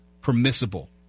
permissible